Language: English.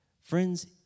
Friends